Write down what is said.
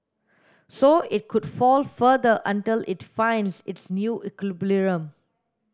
so it could fall further until it finds its new equilibrium